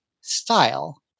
style